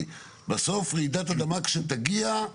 בסוף רעידת אדמה, כשתגיע,